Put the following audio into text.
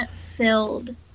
filled